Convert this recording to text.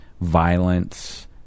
violence